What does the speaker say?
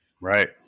right